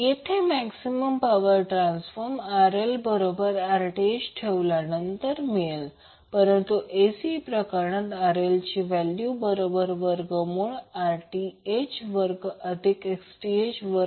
येथे maximum power transfer RL बरोबर Rth ठेवल्यानंतर मिळेल परंतु AC प्रकरणात RL ची किंमत बरोबर वर्गमूळ Rht वर्ग अधिक Xth वर्ग